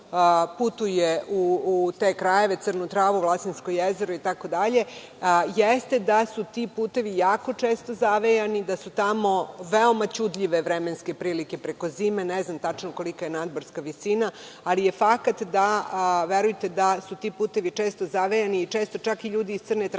putuje u te krajeve, Crnu Travu, Vlasinsko jezero itd, jeste da su ti putevi često zavejani, da su tamo veoma ćudljive vremenske prilike preko zime. Ne znam tačno kolika je nadmorska visina, ali je fakat da su ti putevi često zavejani i često čak i ljudi iz Crne Trave